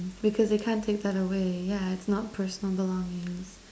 because they can't take that away yeah it's not personal belongings